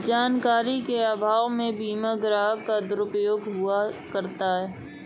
जानकारी के अभाव में भी बीमा ग्राहक का दुरुपयोग हुआ करता है